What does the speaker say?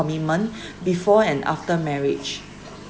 commitment before and after marriage